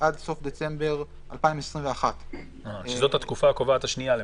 עד סוף דצמבר 2021. שזו התקופה הקובעת השנייה למעשה.